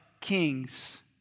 kings